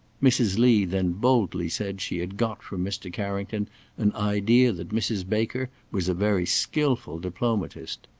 mrs. lee then boldly said she had got from mr. carrington an idea that mrs. baker was a very skilful diplomatist.